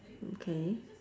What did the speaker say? okay